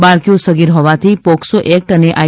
બાળકીઓ સગીર હોવાથી પોક્સો એક્ટ અને આઈ